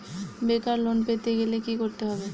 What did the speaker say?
বেকার লোন পেতে গেলে কি করতে হবে?